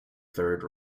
third